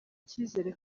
icyizere